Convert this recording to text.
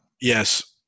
Yes